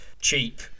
cheap